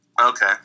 Okay